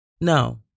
No